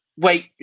wait